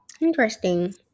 Interesting